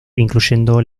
incluyendo